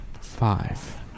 Five